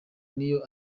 niyo